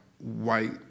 white